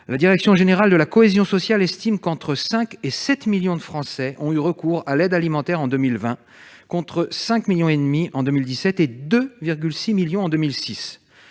la direction générale de la cohésion sociale estime qu'entre 5 et 7 millions de Français ont eu recours à l'aide alimentaire en 2020, contre 5,5 millions en 2017 et 2,6 millions en 2006.